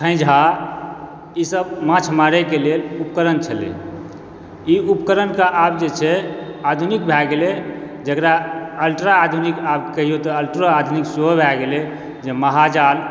खेइॅंझा ई सब माँछ मारैके लेल उपकरण छलै ई उपकरण आब जे छै आधुनिक भय गेलै जेकरा अल्ट्रा आधुनिक आब कहियौ तऽ अल्ट्रो आधुनिक सेहो भय गेलै जे महाजाल